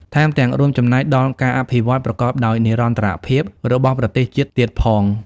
ថែមទាំងរួមចំណែកដល់ការអភិវឌ្ឍប្រកបដោយនិរន្តរភាពរបស់ប្រទេសជាតិទៀតផង។